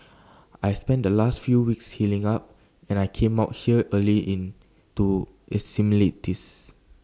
I spent the last few weeks healing up and I came out here early in to acclimatise